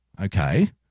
Okay